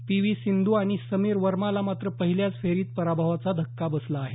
P V Sindhu आणि समीर वर्माला मात्र पहिल्याच फेरीत पराभवाचा धक्का बसला आहे